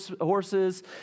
horses